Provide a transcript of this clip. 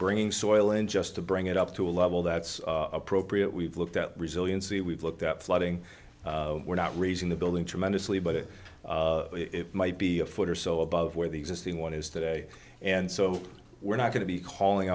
bringing soil in just to bring it up to a level that's appropriate we've looked at resiliency we've looked at flooding we're not raising the building tremendously but it might be a foot or so above where the existing one is today and so we're not going to be calling